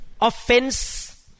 offense